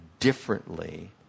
differently